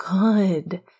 good